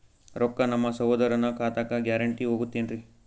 ರೊಕ್ಕ ನಮ್ಮಸಹೋದರನ ಖಾತಕ್ಕ ಗ್ಯಾರಂಟಿ ಹೊಗುತೇನ್ರಿ?